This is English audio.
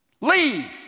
Leave